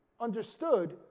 understood